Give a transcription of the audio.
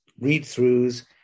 read-throughs